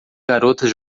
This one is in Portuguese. garotas